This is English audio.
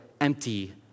empty